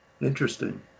Interesting